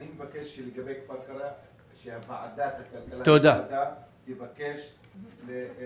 אני מבקש לגבי כפר קרע שוועדת הכלכלה תבקש מהמפקח